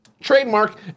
Trademark